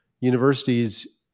universities